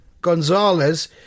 Gonzalez